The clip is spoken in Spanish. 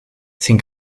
sin